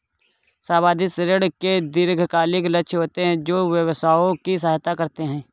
सावधि ऋण के दीर्घकालिक लक्ष्य होते हैं जो व्यवसायों की सहायता करते हैं